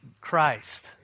Christ